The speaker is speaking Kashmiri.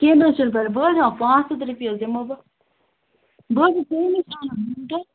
کِہیٖنۍ حظ چھُنہٕ پَرواے بہٕ حظ دِمو پانٛژھ ہَتھ حظ دِمو بہٕ بہٕ حظ چھس ژے نِش اَنان